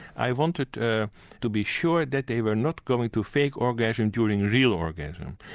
i wanted to to be sure that they were not going to fake orgasm during real orgasm.